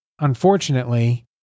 Unfortunately